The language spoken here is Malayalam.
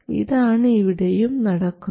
ഇതാണ് ഇവിടെയും നടക്കുന്നത്